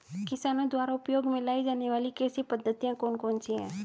किसानों द्वारा उपयोग में लाई जाने वाली कृषि पद्धतियाँ कौन कौन सी हैं?